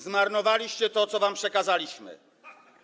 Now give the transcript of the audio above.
Zmarnowaliście to, co wam przekazaliśmy.